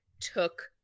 took